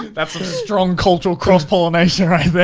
that's a strong cultural cross-pollination right there.